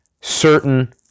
certain